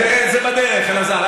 זה בדרך, אלעזר.